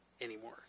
anymore